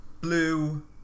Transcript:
blue